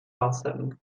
lasem